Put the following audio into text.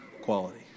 quality